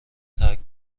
ترک